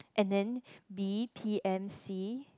and then B p_m C